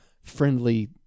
friendly